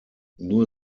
nur